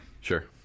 Sure